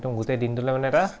একদম গোটেই দিনটোলৈ মানে এটা